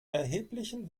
erheblichen